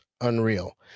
unreal